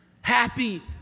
happy